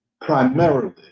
primarily